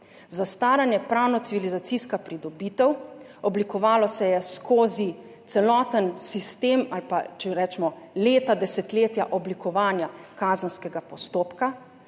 Zastaranje je pravno-civilizacijska pridobitev, oblikovalo se je skozi celoten sistem ali pa recimo leta, desetletja oblikovanja kazenskega postopka.